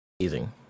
amazing